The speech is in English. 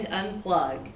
unplug